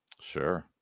sure